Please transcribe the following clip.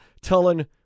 telling